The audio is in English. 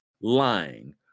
lying